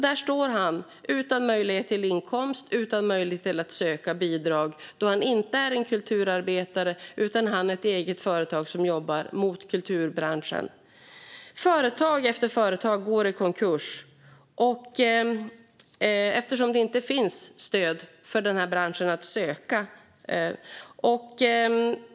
Där står han - utan möjlighet till inkomst. Han har heller inte möjlighet att söka bidrag, då han inte är en kulturarbetare utan har ett eget företag som jobbar mot kulturbranschen. Företag efter företag går i konkurs, eftersom det inte finns stöd för den här branschen att söka.